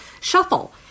Shuffle